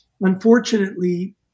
unfortunately